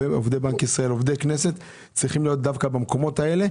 עובדי בנק ישראל ועובדי הכנסת צריכים להיות דווקא במקומות האלה,